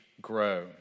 grow